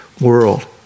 world